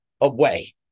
away